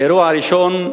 האירוע הראשון,